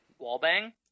wallbang